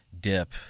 dip